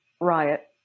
riot